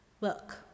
look